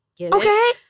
Okay